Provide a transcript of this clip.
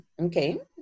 okay